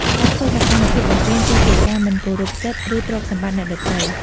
ការធ្វើសកម្មភាពបំពានគឺជាការមិនគោរពសិទ្ធិ ឬទ្រព្យសម្បត្តិអ្នកដទៃ។